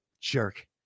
Jerk